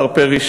השר פרי,